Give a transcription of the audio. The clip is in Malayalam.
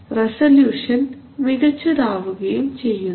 റസല്യൂഷൻ മികച്ചതാവുകയും ചെയ്യുന്നു